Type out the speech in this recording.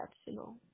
exceptional